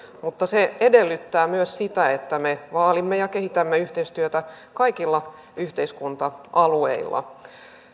mutta se edellyttää myös sitä että me vaalimme ja kehitämme yhteistyötä kaikilla yhteiskunta alueilla